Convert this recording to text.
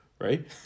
right